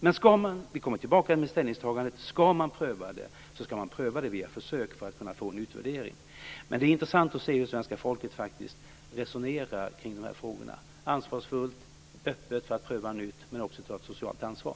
Vi kommer tillbaka med ställningstagandet. Om man skall pröva det skall man pröva via försök för att kunna få en utvärdering. Det är intressant att se hur svenska folket resonerar kring de här frågorna: ansvarsfullt, öppet för att pröva nytt men också för att ta ett socialt ansvar.